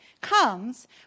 comes